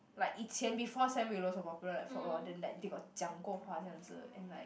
like 以前 before Sam Willows was popular for a while then they got like 讲过话这样子 and like